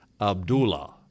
Abdullah